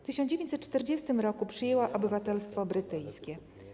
W 1940 r. przyjęła obywatelstwo brytyjskie.